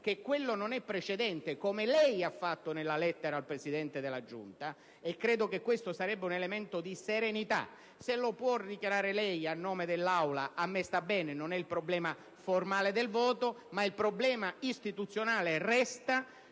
che quello non è un precedente, come lei ha fatto nella lettera al Presidente della Giunta (e credo che questo sarebbe un elemento di serenità), se lo può dichiarare lei a nome dell'Aula. A me sta bene: non è infatti il problema formale del voto, ma piuttosto il problema istituzionale,